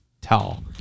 tell